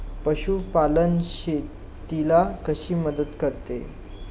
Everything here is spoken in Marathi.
पशुपालन शेतीला कशी मदत करते?